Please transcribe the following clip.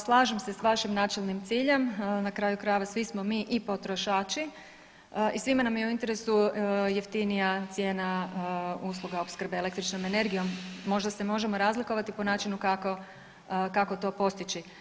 Slažem se s vašim načelnim ciljem, na kraju krajeva svi smo mi i potrošači i svima nam je u interesu jeftinija cijena usluga opskrbe eklektičnom energijom, možda se možemo razlikovati po načinu kako to postići.